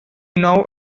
now